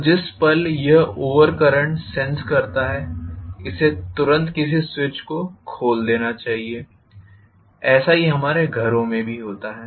तो जिस पल यह ओवर करंट सेन्स करता है इसे तुरंत किसी स्विच को खोल देना चाहिए ऐसा ही हमारे घरों में भी होता है